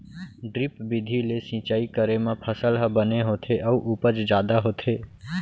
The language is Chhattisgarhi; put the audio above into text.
ड्रिप बिधि ले सिंचई करे म फसल ह बने होथे अउ उपज जादा होथे